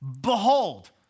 behold